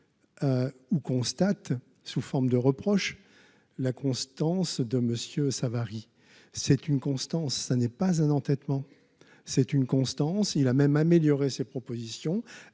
ou constate sous forme de reproches, la constance de Monsieur Savary c'est une constance, ça n'est pas un entêtement c'est une constance, il a même amélioré ses propositions,